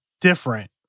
different